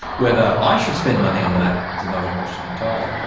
whether i should spend money on that is another question entirely.